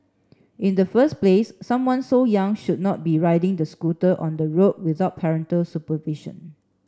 in the first place someone so young should not be riding the scooter on the road without parental supervision